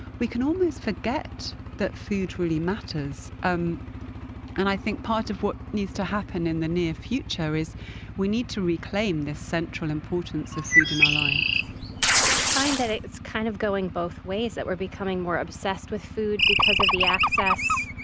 we can almost forget that food really matters. um and i think part of what needs to happen in the near future is we need to reclaim the central importance of food in our lives i find that it's kind of going both ways. we're becoming more obsessed with food because of the access,